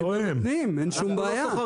אין שום בעיה.